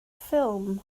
ffilm